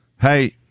Hey